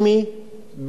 בניגוד לחוק הבין-לאומי,